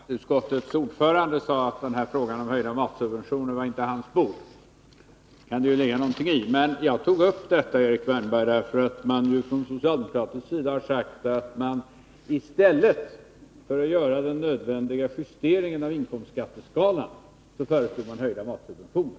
Herr talman! Skatteutskottets ordförande sade att frågan om höjda matsubventioner inte var hans bord. Det kan ligga någonting i det, men jag tog upp detta, Erik Wärnberg, därför att man från socialdemokratisk sida, i stället för att göra den nödvändiga justeringen av inkomstskatteskalan, föreslog höjda matsubventioner.